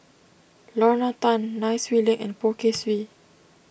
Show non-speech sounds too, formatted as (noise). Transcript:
Lorna Tan Nai Swee Leng and Poh Kay (noise) Swee